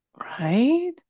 Right